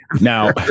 now